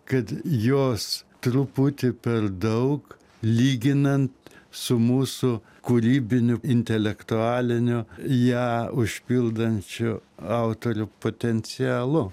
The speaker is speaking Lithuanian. kad jos truputį per daug lyginant su mūsų kūrybiniu intelektualiniu ją užpildančiu autorių potencialu